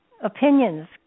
opinions